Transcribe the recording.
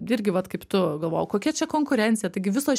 gi irgi vat kaip tu galvojau kokia čia konkurencija taigi visos